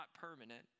permanent